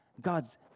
God's